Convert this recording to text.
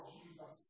Jesus